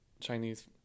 Chinese